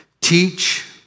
Teach